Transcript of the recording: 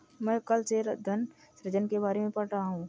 मैं कल से धन सृजन के बारे में पढ़ रहा हूँ